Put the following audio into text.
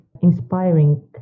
inspiring